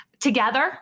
together